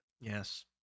Yes